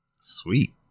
sweet